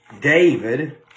David